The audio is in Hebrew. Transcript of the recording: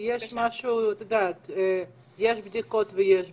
יש בדיקות ויש בדיקות.